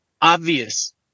obvious